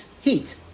heat